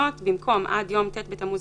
במקום "עד יום ט' בתמוז,